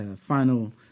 final